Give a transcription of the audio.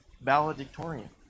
valedictorian